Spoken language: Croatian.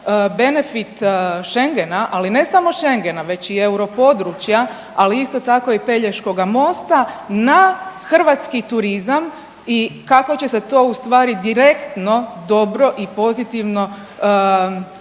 benefit Schengena, ali ne samo Schengena već i europodručja ali isto tako i Pelješkoga mosta na hrvatski turizam i kako će se to u stvari direktno dobro i pozitivno odraziti